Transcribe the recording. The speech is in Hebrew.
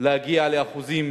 להגיע לאחוזים